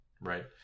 Right